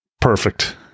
Perfect